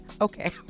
okay